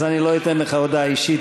אז אני לא אתן לך הודעה אישית.